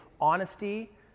honesty